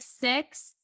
six